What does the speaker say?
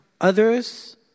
others